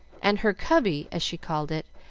and her cubby, as she called it,